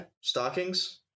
stockings